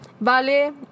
Vale